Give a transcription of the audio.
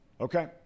Okay